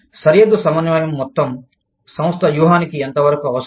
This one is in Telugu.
సరిహద్దు సమన్వయం మొత్తం సంస్థ వ్యూహానికి ఎంత వరకూ అవసరం